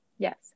Yes